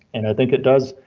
and i think it does.